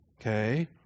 Okay